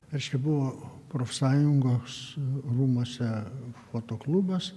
reiškia buvo profsąjungos rūmuose fotoklubas